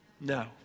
No